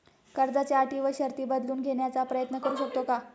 कर्जाच्या अटी व शर्ती बदलून घेण्याचा प्रयत्न करू शकतो का?